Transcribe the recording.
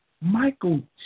Michael